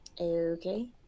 Okay